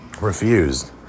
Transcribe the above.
refused